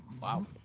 Wow